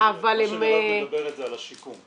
מה שמירב מדברת זה על השיקום.